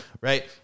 right